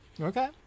Okay